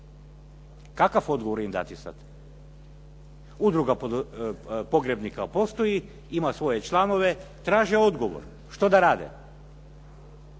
Kakav odgovor im dati sad? Udruga pogrebnika postoji ima svoje članove, traže odgovor. Što da rade?